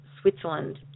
Switzerland